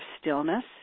stillness